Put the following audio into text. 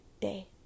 day